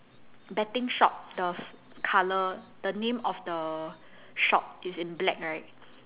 betting shop the colour the name of the shop is in black right